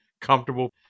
comfortable